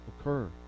occur